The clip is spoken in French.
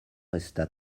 resta